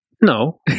No